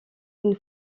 une